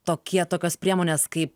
tokie tokios priemonės kaip